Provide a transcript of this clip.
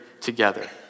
together